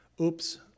oops